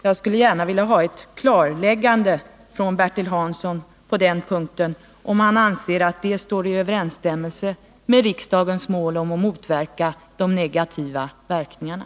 Jag skulle gärna vilja ha ett klarläggande från Bertil Hansson på den punkten, om han anser att detta står i överensstämmelse med riksdagens mål att motverka de negativa verkningarna.